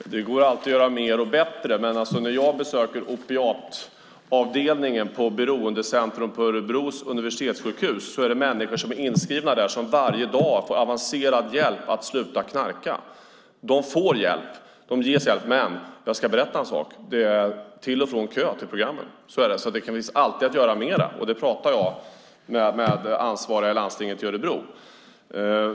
Herr talman! Det går alltid att göra mer och bättre. Människor som är inskrivna på opiatavdelningen på Beroendecentrum vid Universitetssjukhuset Örebro får varje dag avancerad hjälp att sluta knarka. Ibland är det dock kö till programmet, så det behöver alltid göras mer. Det talar jag med de ansvariga på Örebro läns landsting om.